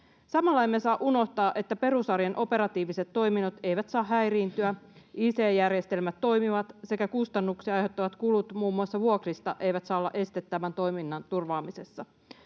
Samalla emme saa unohtaa, että perusarjen operatiiviset toiminnot eivät saa häiriintyä, ict-järjestelmät toimivat sekä kustannuksia aiheuttavat kulut muun muassa vuokrista eivät saa olla este tämän toiminnan turvaamisessa.